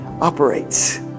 operates